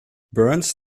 burns